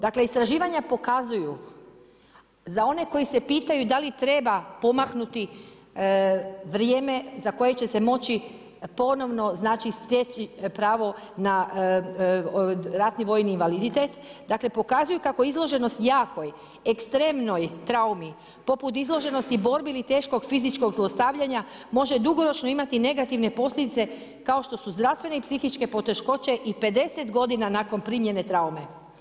Dakle, istraživanja pokazuju za one koji se pitaju da li treba pomaknuti vrijeme za koje će se moći ponovno steći pravo na ratni vojni invaliditet, dakle pokazuju kako izloženost jakoj, ekstremnoj traumi poput izloženosti borbi ili teškog fizičkog zlostavljanja može dugoročno imati negativne posljedice kao što su zdravstvene i psihičke poteškoće i 50 godina nakon primjene traume.